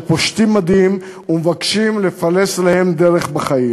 פושטים מדים ומבקשים לפלס להם דרך בחיים,